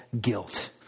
guilt